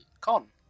Con